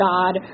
God